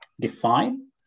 define